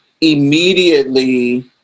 immediately